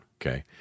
Okay